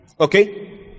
Okay